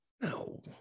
no